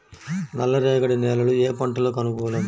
నల్లరేగడి నేలలు ఏ పంటలకు అనుకూలం?